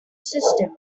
system